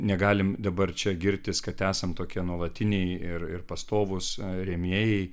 negalim dabar čia girtis kad esam tokie nuolatiniai ir ir pastovūs rėmėjai